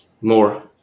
more